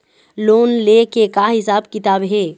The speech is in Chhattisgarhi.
लोन ले के का हिसाब किताब हे?